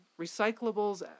recyclables